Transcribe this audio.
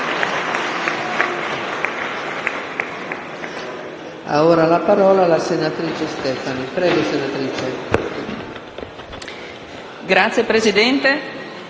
Grazie Presidente,